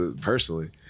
personally